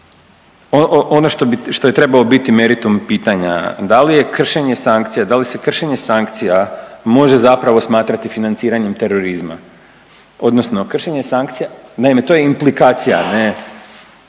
ono što je trebao biti meritum pitanja da li je kršenje sankcija, da li se kršenje sankcija može zapravo smatrati financiranje terorizma odnosno kršenje sankcija, naime to je implikacija ne,